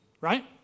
right